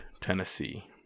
Tennessee